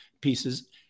pieces